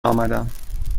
آمدم